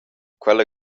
quella